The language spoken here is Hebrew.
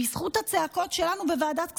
בזכות הצעקות שלנו בוועדת הכספים,